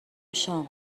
شام